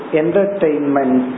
entertainment